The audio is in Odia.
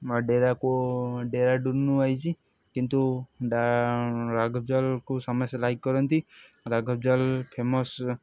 ଡ଼େରାକୁ ଡ଼େରାଡ଼ୁନ୍ରୁ ଆସିଛି କିନ୍ତୁ ରାଘବ୍ ଜୁୱାଲ୍କୁ ସମସ୍ତେ ଲାଇକ୍ କରନ୍ତି ରାଘବ୍ ଜୁୱାଲ୍ ଫେମସ୍